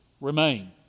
remain